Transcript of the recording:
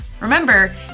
Remember